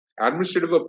administrative